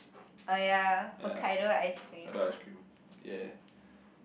ya Hokkaido ice cream yeah